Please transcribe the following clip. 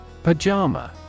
Pajama